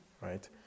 right